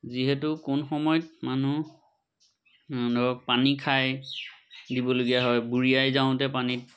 যিহেতু কোন সময়ত মানুহ ধৰক পানী খাই দিবলগীয়া হয় বুৰিয়াই যাওঁতে পানীত